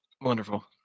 Wonderful